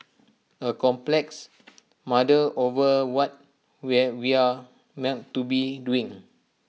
A complex muddle over what where we're meant to be doing